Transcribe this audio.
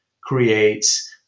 creates